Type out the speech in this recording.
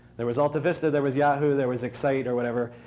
there was altavista, there was yahoo! there was excite or whatever.